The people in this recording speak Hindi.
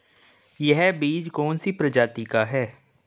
यह बीज कौन सी प्रजाति का है?